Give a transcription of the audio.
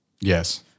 Yes